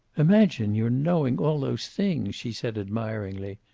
imagine your knowing all those things, she said admiringly.